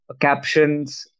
captions